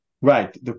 Right